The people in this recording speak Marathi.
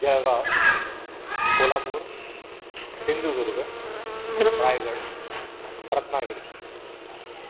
जळगाव कोल्हापूर सिंधुदुर्ग रायगड रत्नागिरी